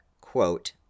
quote